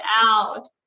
out